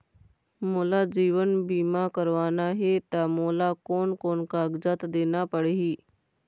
मोला जीवन बीमा करवाना हे ता मोला कोन कोन कागजात देना पड़ही?